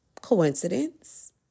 Coincidence